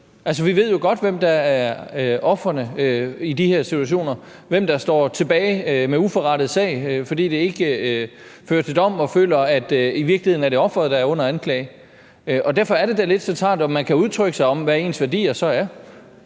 vi ved jo godt, hvem der er ofrene i de her situationer, og hvem der står tilbage med uforrettet sag, fordi det ikke fører til dom, og som føler, at det i virkeligheden er offeret, der er under anklage. Derfor er det da lidt centralt, at man kan udtrykke sig om, hvad ens værdier så er.